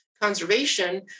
conservation